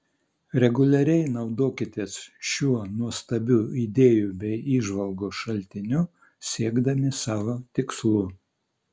reguliariai naudokitės šiuo nuostabiu idėjų bei įžvalgų šaltiniu siekdami savo tikslų